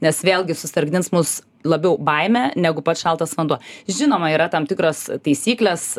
nes vėlgi susargdins mus labiau baimė negu pats šaltas vanduo žinoma yra tam tikros taisyklės